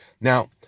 Now